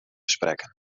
sprekken